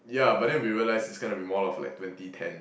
ya but then we realised it's gonna be more of like twenty ten